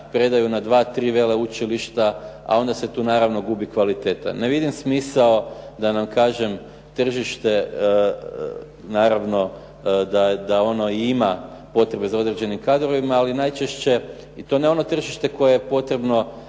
predaju na dva, tri veleučilišta, a onda se tu gubi kvaliteta. Ne vidim smisao da nam tržište, naravno da ono ima potrebe za određenim kadrovima, ali najčešće i to ne ono tržište koje je potrebno,